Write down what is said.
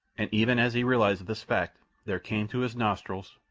and even as he realized this fact there came to his nostrils,